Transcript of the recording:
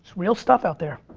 real stuff out there.